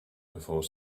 before